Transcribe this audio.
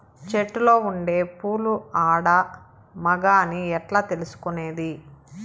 చెట్టులో ఉండే పూలు ఆడ, మగ అని ఎట్లా తెలుసుకునేది?